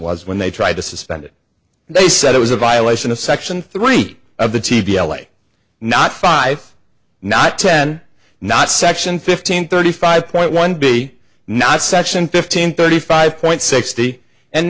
was when they tried to suspend it they said it was a violation of section three of the t v l a not five not ten not section fifteen thirty five point one b not section fifteen thirty five point sixty and